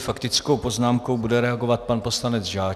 Faktickou poznámkou bude reagovat pan poslanec Žáček.